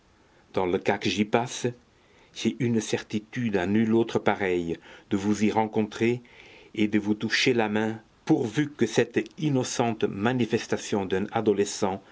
dans le cas que j'y passe j'ai une certitude à nulle autre pareille de vous y rencontrer et de vous toucher la main pourvu que cette innocente manifestation d'un adolescent